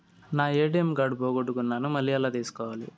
నా ATM card పోగొట్టుకున్నాను, మళ్ళీ ఎలా తీసుకోవాలి?